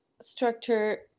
structure